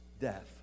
death